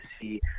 see